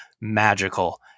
magical